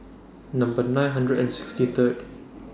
Number nine hundred and sixty Third